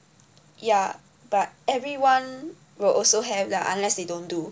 ya but everyone will also have lah unless they don't do